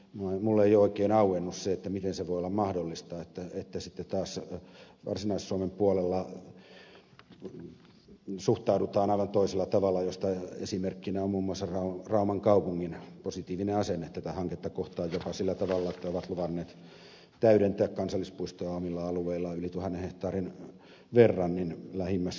minulle ei ole oikein auennut se miten se voi olla mahdollista että sitten taas varsinais suomen puolella suhtaudutaan aivan toisella tavalla mistä esimerkkinä on muun muassa rauman kaupungin positiivinen asenne tätä hanketta kohtaan jopa sillä tavalla että ovat luvanneet täydentää kansallispuistoa omilla alueillaan yli tuhannen hehtaarin verran lähimmässä tulevaisuudessa